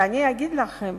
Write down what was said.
ואני אגיד לכם,